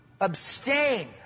abstain